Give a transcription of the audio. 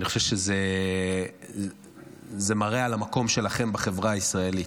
אני חושב שזה מראה על המקום שלכן בחברה הישראלית.